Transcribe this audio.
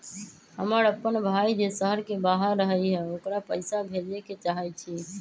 हमर अपन भाई जे शहर के बाहर रहई अ ओकरा पइसा भेजे के चाहई छी